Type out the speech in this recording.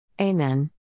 Amen